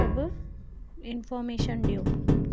सभु इंफॉर्मेशन ॾियो